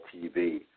TV